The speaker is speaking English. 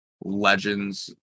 legends